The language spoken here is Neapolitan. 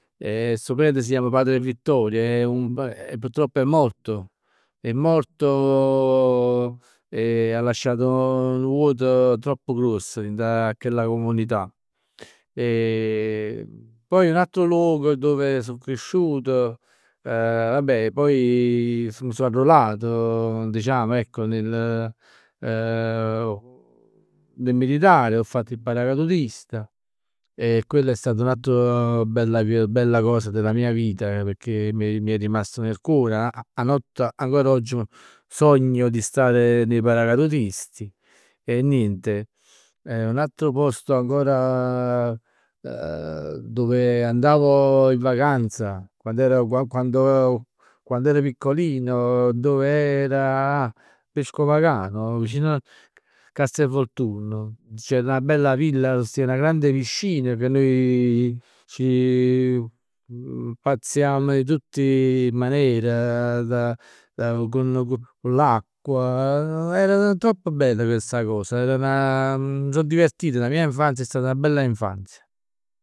E stu prevt si chiama Padre Vittorio, è un purtroppo è morto. È morto e ha lasciato nu vuoto troppo gruoss dint a chella comunità. Poi un altro luogo dove so cresciut, vabbe poi mi so arruolato diciamo ecco, nel militare, ho fatto il paracadutista e quello è stato un altro bello, bella cosa della mia vita, pecchè mi è rimasto nel cuore. 'A notte ancor, ancor oggi sogno di stare nei paracadutisti. E niente. Un altro posto ancora dove andavo in vacanza quando ero, quan quan quando ero, quando ero piccolino dove era Pescopagano, vicino Castelvolturno, c'era 'na bella villa arò stev 'na grande piscina che noi ci piazziavm 'e tutt 'e maner da da cu l'acqua. Era tropp bell chesta cos, era 'na. Mi so divertito, la mia infanzia è stata 'na bella infanzia.